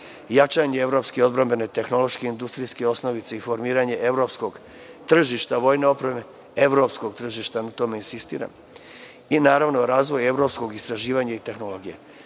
jačanje evropske odbrambene tehnološke industrijske osnovice i formiranje evropskog tržišta vojne opreme, evropsko tržište na tome insistira i razvoj evropskog istraživanja i tehnologije.Za